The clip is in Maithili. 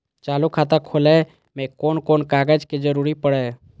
चालु खाता खोलय में कोन कोन कागज के जरूरी परैय?